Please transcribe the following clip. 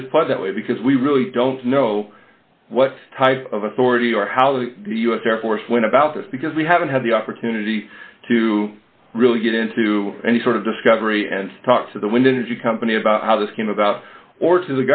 it is but that way because we really don't know what type of authority or how the u s air force went about this because we haven't had the opportunity to really get into any sort of discovery and talk to the wind energy company about how this came about or to